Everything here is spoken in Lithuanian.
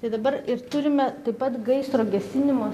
tai dabar ir turime taip pat gaisro gesinimo